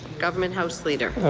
government house leader.